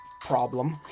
problem